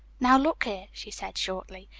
now, look here, she said, shortly,